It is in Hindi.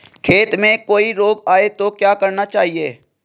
खेत में कोई रोग आये तो क्या करना चाहिए?